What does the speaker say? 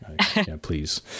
please